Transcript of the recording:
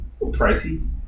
Pricey